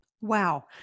Wow